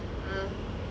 ah